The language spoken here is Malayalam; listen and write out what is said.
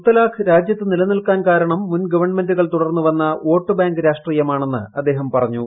മുത്തലാഖ് രാജ്യത്ത് നിലനിൽക്കാൻ കാരണം മുൻ ഗവൺമെന്റുകൾ തുടർന്നുവന്ന വോട്ടു ബാങ്ക് രാഷ്ട്രീയമാണെന്ന് അദ്ദേഹം പറഞ്ഞു